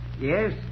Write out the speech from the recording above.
Yes